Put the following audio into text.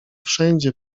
wszędzie